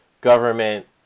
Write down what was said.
government